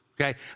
okay